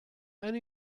and